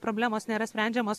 problemos nėra sprendžiamos